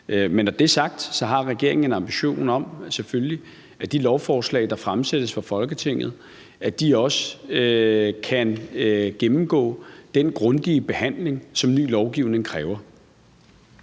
Men når det er sagt, har regeringen en ambition om – selvfølgelig – at de lovforslag, der fremsættes for Folketinget, også kan gennemgå den grundige behandling, som ny lovgivning kræver.